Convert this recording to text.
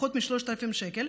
פחות מ-3,000 שקל,